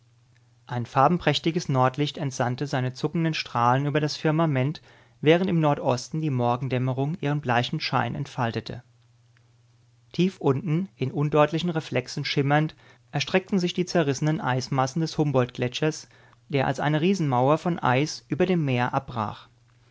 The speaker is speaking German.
ein farbenprächtiges nordlicht entsandte seine zuckenden strahlen über das firmament während im nordosten die morgendämmerung ihren bleichen schein entfaltete tief unten in undeutlichen reflexen schimmernd erstreckten sich die zerrissenen eismassen des humboldtgletschers der als eine riesenmauer von eis über dem meer abbrach